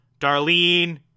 Darlene